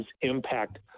impact